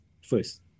first